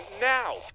now